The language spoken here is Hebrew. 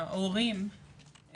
ההורים,